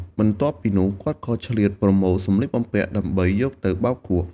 បន្ទាប់ពីនោះ គាត់ក៏ឆ្លៀតប្រមូលសម្លៀកបំពាក់ដើម្បីយកទៅបោកគក់។